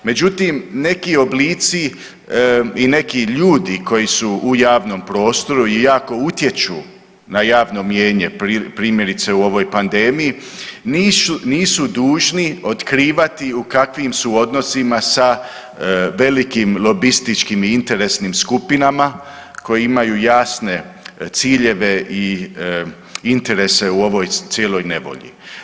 Međutim, neki oblici i neki ljudi koji su u javnom prostoru i jako utječu na javno mnijenje primjerice u ovoj pandemiji nisu dužni otkrivati u kakvim su odnosima sa velikim lobističkim i interesnim skupinama koji imaju jasne ciljeve i interese u ovoj cijeloj nevolji.